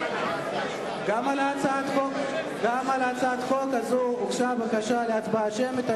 גם על הצעת החוק הזו הוגשה בקשה להצבעה שמית.